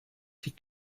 die